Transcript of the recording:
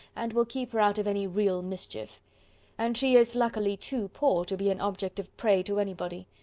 and will keep her out of any real mischief and she is luckily too poor to be an object of prey to anybody.